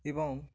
এবং